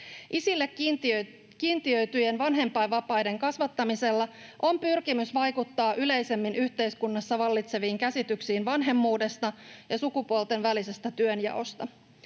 Isille kiintiöityjen vanhempainvapaiden kasvattamisella on pyrkimys vaikuttaa yleisemmin yhteiskunnassa vallitseviin käsityksiin vanhemmuudesta ja sukupuolten välisestä työnjaosta.